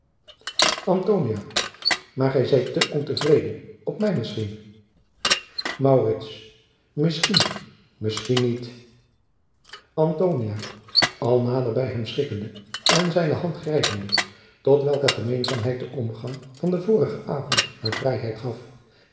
maar gij zijt te onvreden op mij misschien maurits misschien misschien niet antonia al nader bij hem schikkende en zijne hand grijpende tot welke gemeenzaamheid de omgang adriaan loosjes pzn het leven van maurits lijnslager van den vorigen avond haar vrijheid gaf